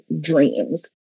dreams